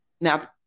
Now